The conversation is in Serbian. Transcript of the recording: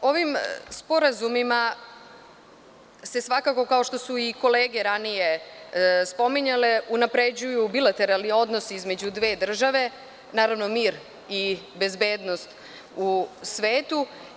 Ovim sporazumima se svakako kao što su i kolege ranije spominjale, unapređuju bilateralni odnosi između dve države, naravno mir i bezbednost u svetu.